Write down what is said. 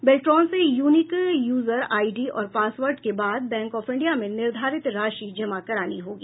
बेल्ट्रॉन से unique user ID और password के बाद बैंक ऑफ इंडिया में निर्धारित राशि जमा करानी होगी